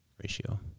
ratio